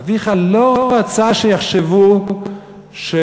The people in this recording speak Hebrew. אביך לא רצה שיחשבו שהוא,